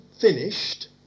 finished